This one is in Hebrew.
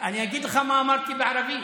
אני אגיד לך מה אמרתי בערבית: